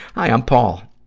hi, i'm paul.